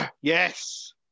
Yes